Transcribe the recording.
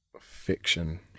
Fiction